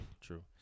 True